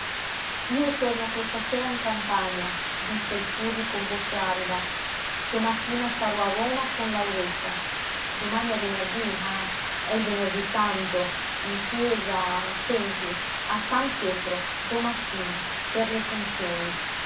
io torno questa sera in campagna disse il furri con voce arida domattina sarò a roma con lauretta domani è venerdí ah è il venerdí santo in chiesa senti a san pietro domattina per le funzioni